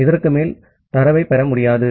ஆகவே இதற்கு மேல் தரவைப் பெற முடியாது